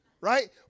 right